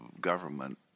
government